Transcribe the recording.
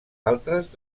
altres